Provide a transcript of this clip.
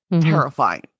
terrifying